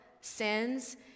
sins